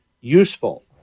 useful